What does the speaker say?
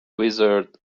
wizard